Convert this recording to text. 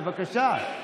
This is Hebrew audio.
בבקשה.